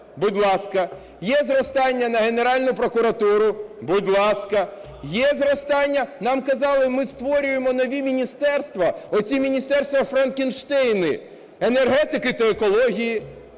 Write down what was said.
будь ласка. Є зростання на Генеральну прокуратуру – будь ласка. Є зростання, нам казали, ми створюємо нові міністерства, оці "міністерства-франкенштейни": енергетики та екології,